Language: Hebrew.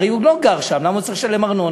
הרי הוא לא גר שם, למה הוא צריך לשלם ארנונה?